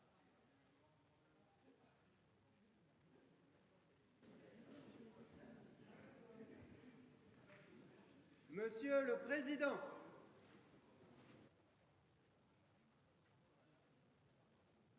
monsieur le président.